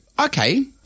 okay